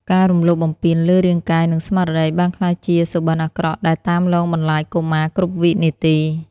ការរំលោភបំពានលើរាងកាយ និងស្មារតីបានក្លាយជាសុបិនអាក្រក់ដែលតាមលងបន្លាចកុមារគ្រប់វិនាទី។